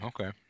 Okay